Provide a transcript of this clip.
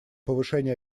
повышение